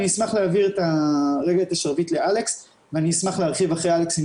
אני אשמח להעביר רגע את השרביט לאלכס ואני אשמח להרחיב אחרי אלכס אם